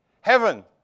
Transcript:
Heaven